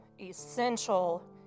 essential